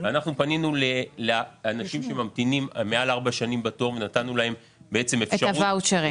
אנחנו פנינו לאנשים שממתינים מעל 4 שנים בתור ונתנו להם את הוואוצ'רים.